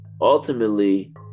ultimately